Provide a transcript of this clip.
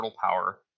Power